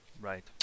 right